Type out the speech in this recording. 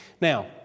Now